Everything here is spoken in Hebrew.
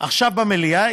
עכשיו במליאה,